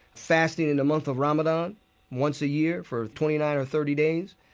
fasting in the month of ramadan once a year for twenty nine or thirty days.